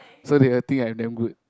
so they will think I'm damn good